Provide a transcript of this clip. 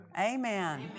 Amen